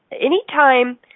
anytime –